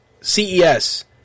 CES